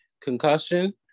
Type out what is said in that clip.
concussion